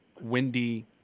windy